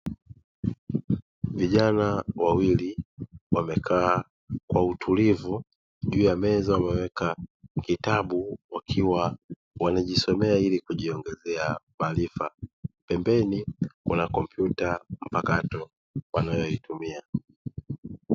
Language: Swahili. Vijana wawili wamekaa kwa utulivu, juu ya meza wameweka kitabu wakiwa wanajisomea ili kujiongezea maarifa; pembeni kuna kompyuta mpakato wanayoitumia.